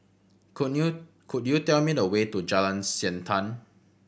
could you could you tell me the way to Jalan Siantan